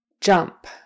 Jump